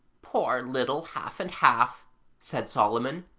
poor little half-and-half said solomon,